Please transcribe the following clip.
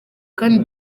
kandi